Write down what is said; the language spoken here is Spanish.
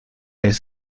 vez